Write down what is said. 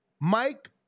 Mike